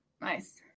Nice